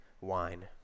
wine